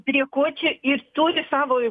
prie ko čia ir turi savo